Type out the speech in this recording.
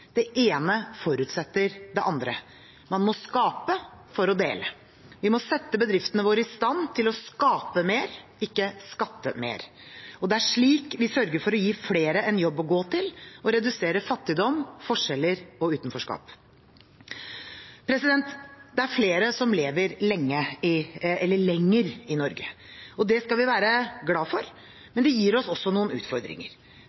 det ene forutsetter det andre. Man må skape for å dele. Vi må sette bedriftene våre i stand til å skape mer, ikke skatte mer. Det er slik vi sørger for å gi flere en jobb å gå til, og reduserer fattigdom, forskjeller og utenforskap. Det er flere i Norge som lever lenger. Det skal vi være glade for,